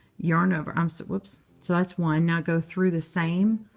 yarn over um so whoops. so that's one. now, go through the same